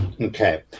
Okay